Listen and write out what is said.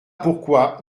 pourquoi